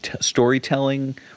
storytelling